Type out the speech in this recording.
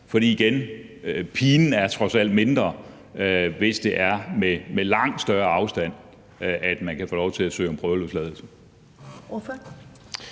For igen, pinen er trods alt mindre, hvis det er med langt større afstand, at man kan få lov til at søge om prøveløsladelse.